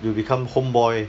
you become home boy